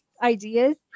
ideas